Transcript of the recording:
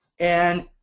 and,